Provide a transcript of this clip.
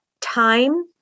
time-